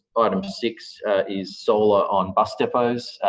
item six is solar on bus depots,